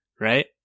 right